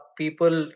people